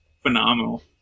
Phenomenal